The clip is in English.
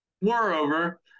Moreover